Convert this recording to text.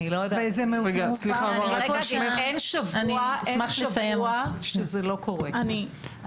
אין שבוע שזה לא קורה,